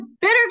bitter